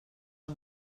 and